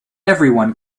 everyone